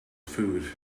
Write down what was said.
food